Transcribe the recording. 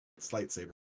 lightsaber